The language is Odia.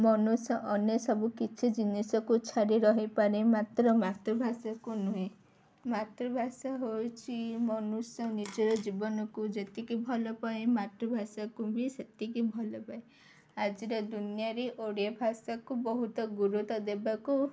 ମନୁଷ୍ୟ ଅନ୍ୟ ସବୁ କିଛି ଜିନିଷକୁ ଛାଡ଼ି ରହିପାରେ ମାତ୍ର ମାତୃଭାଷାକୁ ନୁହେଁ ମାତୃଭାଷା ହେଉଛି ମନୁଷ୍ୟ ନିଜର ଜୀବନକୁ ଯେତିକି ଭଲ ପାଏ ମାତୃଭାଷାକୁ ବି ସେତିକି ଭଲ ପାାଏ ଆଜିର ଦୁନିଆରେ ଓଡ଼ିଆ ଭାଷାକୁ ବହୁତ ଗୁରୁତ୍ୱ ଦେବାକୁ